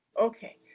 Okay